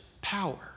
power